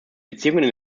beziehungen